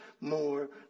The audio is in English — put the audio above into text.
more